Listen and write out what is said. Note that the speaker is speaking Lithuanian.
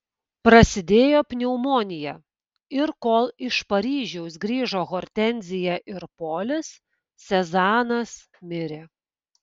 prasidėjo pneumonija ir kol iš paryžiaus grįžo hortenzija ir polis sezanas mirė